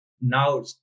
now